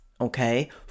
okay